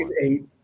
eight